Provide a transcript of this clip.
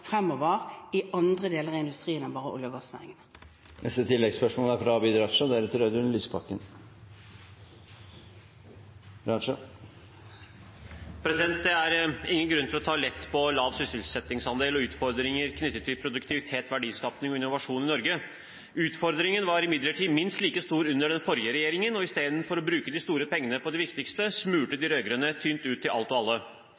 fremover i andre deler av industrien enn bare i olje- og gassnæringene. Abid Q. Raja – til oppfølgingsspørsmål. Det er ingen grunn til å ta lett på lav sysselsettingsandel og utfordringer knyttet til produktivitet, verdiskaping og innovasjonen i Norge. Utfordringen var imidlertid minst like stor under den forrige regjeringen, og istedenfor å bruke de store pengene på det viktigste smurte de rød-grønne tynt ut til alt og alle.